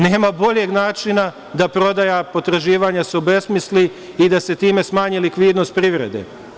Nema boljeg načina da prodaja potraživanja se obesmisli i da se time smanji likvidnost privrede.